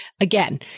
again